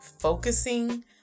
focusing